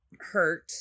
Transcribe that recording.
hurt